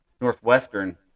Northwestern